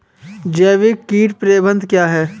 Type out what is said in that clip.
जैविक कीट प्रबंधन क्या है?